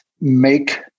make